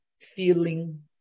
feeling